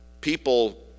people